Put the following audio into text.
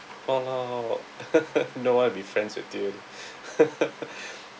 for now no one will be friends with you